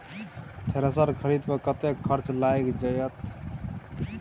Thresher खरीदे पर कतेक खर्च लाईग जाईत?